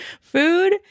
food